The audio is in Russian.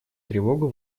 тревогу